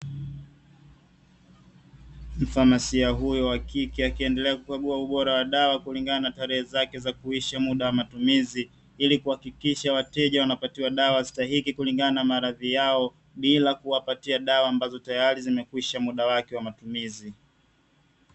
Mfamasia huyu wa kike akiendelea kukagua ubora wa dawa kulingana na tarehe zake za kuisha muda wa matumizi, ili kuhakikisha wateja wanapatiwa dawa stahiki kulingana na maradhi yao, bila kuwapatia dawa ambazo tayari zimekwisha muda wake wa matumizi.